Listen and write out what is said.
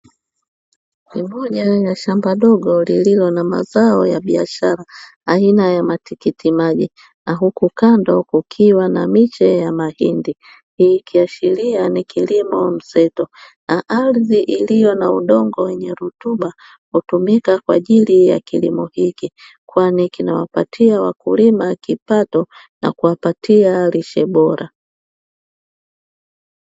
Ni moja ya shamba dogo lililo na mazao ya biashara aina ya matikiti maji na huku kando kukiwa na miche ya mahindi; hii ikiashiria ni kilimo mseto. Na ardhi iliyo na udongo wenye rutuba hutumika kwa ajili ya kilimo hiki, kwani kinawapatia wakulima kipato na kuwapatia lishe bora.